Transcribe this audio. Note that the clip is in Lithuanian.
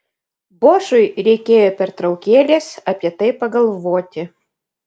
bošui reikėjo pertraukėlės apie tai pagalvoti